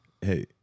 Hey